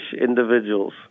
individuals